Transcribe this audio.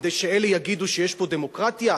כדי שאלה יגידו שיש פה דמוקרטיה?